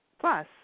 plus